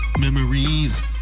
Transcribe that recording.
memories